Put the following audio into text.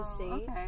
okay